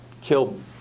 killed